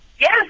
Yes